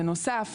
בנוסף,